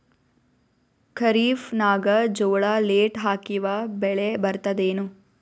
ಖರೀಫ್ ನಾಗ ಜೋಳ ಲೇಟ್ ಹಾಕಿವ ಬೆಳೆ ಬರತದ ಏನು?